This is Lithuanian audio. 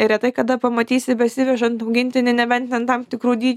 retai kada pamatysi besivežant augintinį nebent vien tam tikrų dydžių